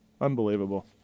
Unbelievable